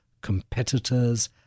competitors